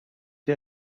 die